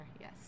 Yes